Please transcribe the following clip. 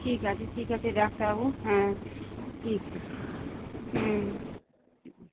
ঠিক আছে ঠিক আছে ডাক্তারবাবু হ্যাঁ ঠিক আছে হুম